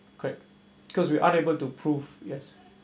correct cause we unable to prove yes